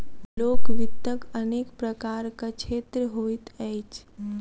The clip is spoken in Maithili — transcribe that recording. लोक वित्तक अनेक प्रकारक क्षेत्र होइत अछि